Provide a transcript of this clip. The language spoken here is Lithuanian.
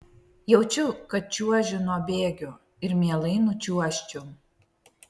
jaučiu kad čiuožiu nuo bėgių ir mielai nučiuožčiau